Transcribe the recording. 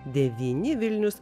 devyni vilnius